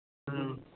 ਹਮ